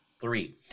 three